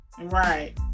Right